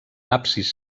absis